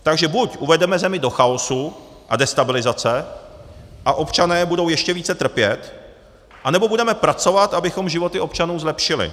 Takže buď uvedeme zemi do chaosu a destabilizace a občané budou ještě více trpět, anebo budeme pracovat, abychom životy občanů zlepšili.